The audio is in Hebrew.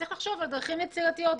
צריך לחשוב על דרכים יצירתיות.